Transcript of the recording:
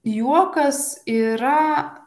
juokas yra